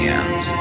out